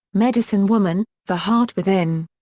medicine woman the heart within.